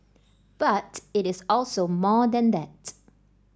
but it is also more than that